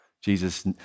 Jesus